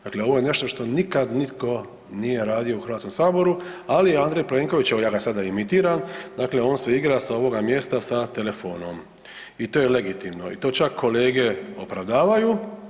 Dakle, ovo je nešto što nikad nitko nije radio u HS, ali Andrej Plenković, evo ja ga sada imitiram, dakle on se igra sa ovoga mjesta sa telefonom i to je legitimno i to čak kolege opravdavaju.